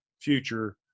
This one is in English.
future